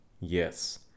Yes